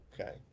Okay